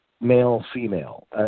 male-female